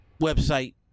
website